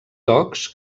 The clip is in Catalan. tocs